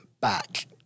back